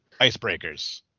Icebreakers